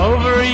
Over